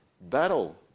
Battle